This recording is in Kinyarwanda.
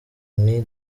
nti